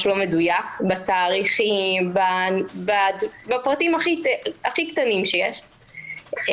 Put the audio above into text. לא מדויק בתאריכים ובפרטים הכי קטנים שיש,